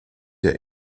der